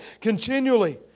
continually